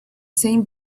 same